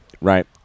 right